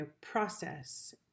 process